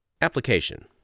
Application